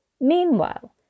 Meanwhile